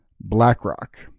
BlackRock